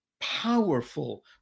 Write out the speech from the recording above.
powerful